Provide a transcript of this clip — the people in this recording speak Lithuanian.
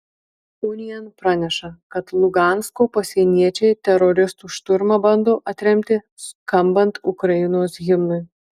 unian praneša kad lugansko pasieniečiai teroristų šturmą bando atremti skambant ukrainos himnui